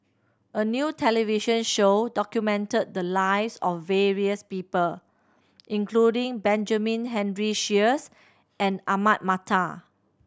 a new television show documented the lives of various people including Benjamin Henry Sheares and Ahmad Mattar